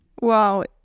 Wow